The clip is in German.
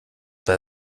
bei